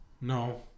No